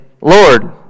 Lord